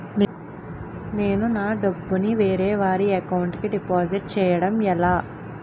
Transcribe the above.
నేను నా డబ్బు ని వేరే వారి అకౌంట్ కు డిపాజిట్చే యడం ఎలా?